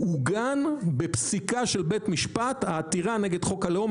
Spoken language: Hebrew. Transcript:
עוגן בפסיקה של בית משפט העתירה נגד חוק הלאום,